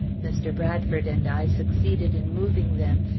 mr. bradford and i succeeded in moving them,